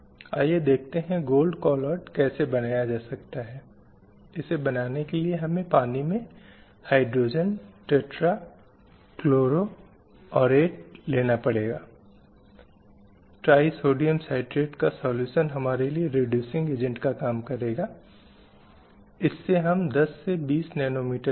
slide समय संदर्भ 1434 महिलाओं की स्थिति को देखने के लिए हम इसे शुरू से ही देखने की कोशिश करेंगे जहाँ भारतीय समाज में हम आम तौर पर कुछ निश्चित काल में विभाजित करते हैं